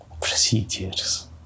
procedures